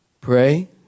Pray